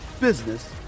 business